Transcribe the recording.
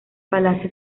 palacio